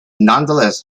nonetheless